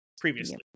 previously